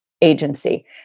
agency